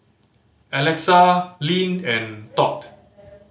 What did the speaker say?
Alexa Lynne and Todd